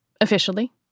Officially